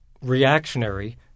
reactionary